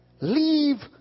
leave